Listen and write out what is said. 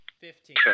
Fifteen